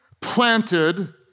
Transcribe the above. planted